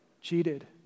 cheated